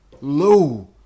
low